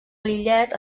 lillet